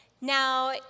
Now